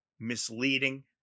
misleading